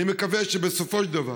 אני מקווה שבסופו של דבר